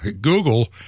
Google